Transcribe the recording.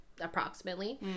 Approximately